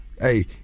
Hey